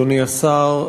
אדוני השר,